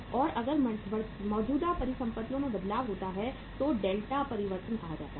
और अगर मौजूदा परिसंपत्तियों में बदलाव होता है तो डेल्टा परिवर्तन कहा जाता है